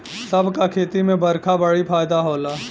सब क खेती में बरखा बड़ी फायदा होला